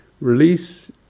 Release